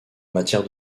matière